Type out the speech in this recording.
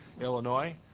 Illinois